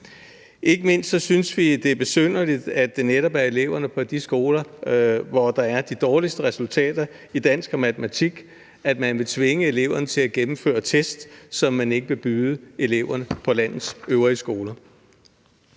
Ikke mindst synes vi, det er besynderligt, at det netop er eleverne på de skoler, hvor der er de dårligste resultater i dansk og matematik, at man vil tvinge eleverne til at gennemføre test, som man ikke vil byde eleverne på landets øvrige skoler.